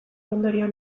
ondorio